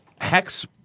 Hex